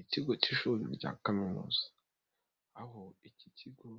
Ikigo cy'ishuri rya kaminuza. Aho iki kigo